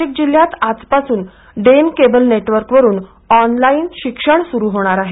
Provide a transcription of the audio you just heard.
नाशिक जिल्ह्यात आजपासून Den cable नेटवर्कवरुन ऑनलाईन शिक्षण सुरू होणार आहे